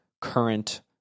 current